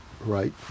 right